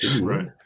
right